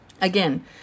Again